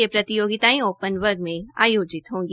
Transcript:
ये प्रतियोगितायें ओपन वर्ग में आयोजित होगी